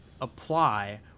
apply